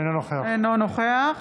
אינו נוכח